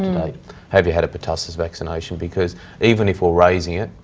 have you had a pertussis vaccination because even if we're raising it,